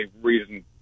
reason